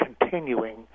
continuing